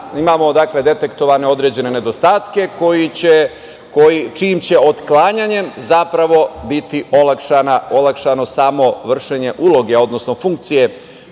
imamo detektovane određene nedostatke čijim će otklanjanjem zapravo biti olakšano samo vršenje uloge, odnosno funkcije